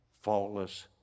faultless